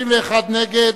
31 נגד,